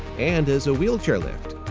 and as a wheelchair lift.